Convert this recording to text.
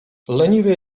leniwie